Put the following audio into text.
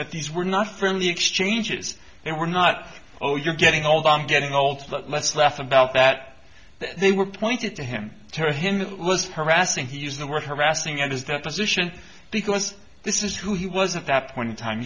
that these were not friendly exchanges they were not oh you're getting old i'm getting old let's laugh about that they were pointed to him tell him it was harassing he used the word harassing and is that position because this is who he was at that point in time